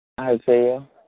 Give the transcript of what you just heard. Isaiah